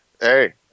Hey